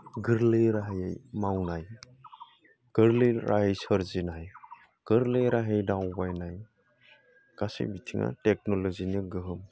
गोरलै राहायै मावनाय गोरलै राय सोरजिनाय गोरलै राहायै दावबायनाय गासै बिथिङानो टेकन'ल'जिनि गोहोम